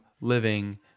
living